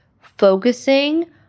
Focusing